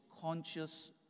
conscious